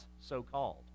so-called